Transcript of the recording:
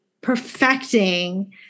perfecting